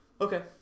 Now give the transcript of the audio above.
Okay